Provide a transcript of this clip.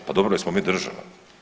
Pa dobro jesmo mi država?